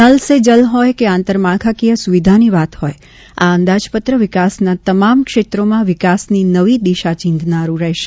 null Se Jal હોય કે આંતરમાળખાકીય સુવિધાની વાત હોય આ અંદાજપત્ર વિકાસના તમામ ક્ષેત્રોમાં વિકાસની નવી દિશા ચિંધનારું રહેશે